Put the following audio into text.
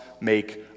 make